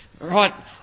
Right